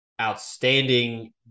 outstanding